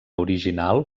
original